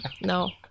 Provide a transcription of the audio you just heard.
No